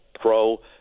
pro